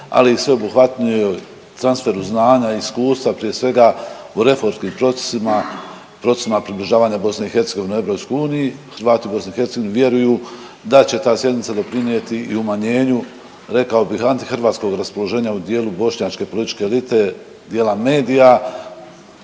ali i sveobuhvatnijoj transferu znanja i iskustva prije svega u reformskim procesima, procesima približavanja BiH EU. Hrvati u BiH vjeruju da će ta sjednica doprinijeti i umanjenju rekao bi antihrvatskog raspoloženja u dijelu bošnjačke političke elite dijela medija